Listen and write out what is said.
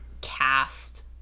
cast